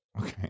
Okay